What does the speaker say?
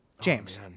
James